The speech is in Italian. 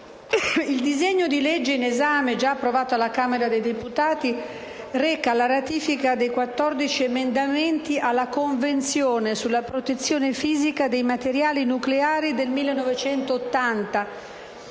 il disegno di legge in esame, già approvato dalla Camera dei deputati, reca la ratifica dei 14 emendamenti alla Convenzione sulla protezione fisica dei materiali nucleari del 1980,